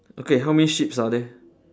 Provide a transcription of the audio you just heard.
okay how many sheeps are there